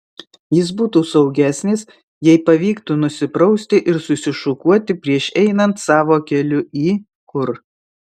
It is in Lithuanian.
jis būtų saugesnis jei pavyktų nusiprausti ir susišukuoti prieš einant savo keliu į kur